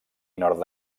nord